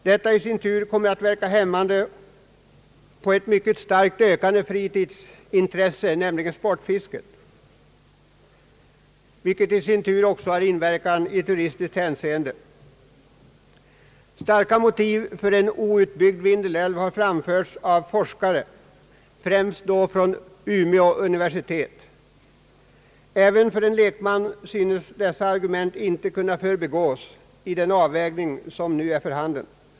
Detta i sin tur kommer att verka hämmande på ett mycket starkt ökande fritidsintresse, nämligen sportfisket, något som också får betydelse i turistiskt hänseende. Starka motiv för att låta Vindelälven förbli outbyggd har anförts av forskare främst vid Umeå universitet. även för en lekman synes det klart att dessa argument inte kan förbigås vid den avvägning som måste ske.